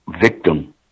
victim